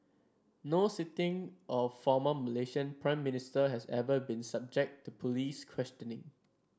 no sitting or former Malaysian Prime Minister has ever been subject to police questioning